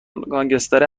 گنسگترهای